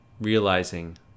realizing